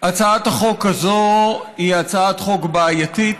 הצעת החוק הזאת היא הצעת חוק בעייתית,